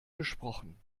gesprochen